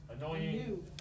annoying